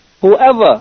whoever